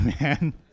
man